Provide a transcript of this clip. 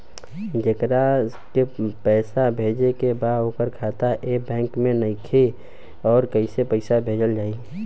जेकरा के पैसा भेजे के बा ओकर खाता ए बैंक मे नईखे और कैसे पैसा भेजल जायी?